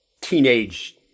teenage